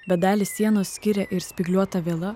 bet dalį sienos skiria ir spygliuota viela